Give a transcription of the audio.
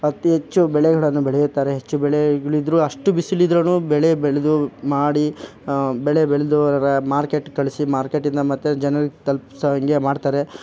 ಅತೀ ಹೆಚ್ಚು ಬೆಳೆಗಳನ್ನು ಬೆಳೆಯುತ್ತಾರೆ ಹೆಚ್ಚು ಬೆಳೆ ಇಳಿದರೂ ಅಷ್ಟು ಬಿಸಿಲಿದ್ರು ಬೆಳೆ ಬೆಳೆದು ಮಾಡಿ ಬೆಳೆ ಬೆಳೆದು ಮಾರ್ಕೆಟ್ ಕಳ್ಸಿ ಮಾರ್ಕೆಟಿಂದ ಮತ್ತು ಜನರಿಗೆ ತಲುಪ್ಸೋ ಹಂಗೆ ಮಾಡ್ತಾರೆ